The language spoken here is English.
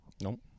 Nope